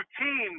routine